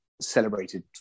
celebrated